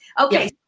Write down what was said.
Okay